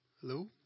Hello